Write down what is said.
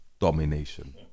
domination